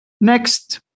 Next